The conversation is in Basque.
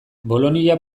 bolonia